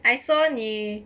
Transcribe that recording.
I saw 你